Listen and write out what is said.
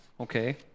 Okay